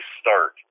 start